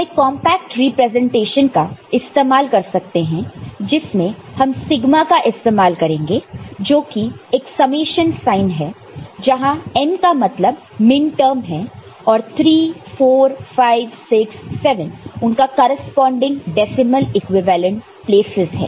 हम एक compact representation का इस्तेमाल कर सकते हैं जिसमें हम सिग्मा का इस्तेमाल करेंगे जो कि एक समेशन साइन है जहां m का मतलब मिनटर्म है और 3 4 5 6 7 उनका करेस्पॉन्डिंग डेसिमल इक्विवेलेंट प्लेसेस है